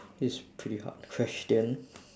it's pretty hard question